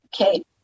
Okay